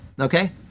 Okay